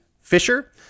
Fisher